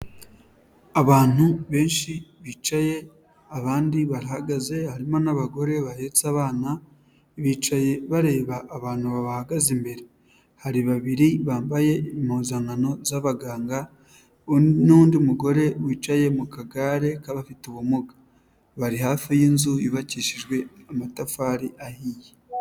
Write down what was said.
Abantu benshi bicaye abandi barahagaze harimo n'abagore bahetse abana, bicaye bareba abantu babahagaze imbere, hari babiri bambaye impuzankano z'abaganga n'undi mugore wicaye mu kagare k'abafite ubumuga, bari hafi yinzu yubakishijwe amatafari ahiye.